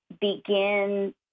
begin